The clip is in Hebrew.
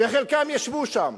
וחלקם ישבו שם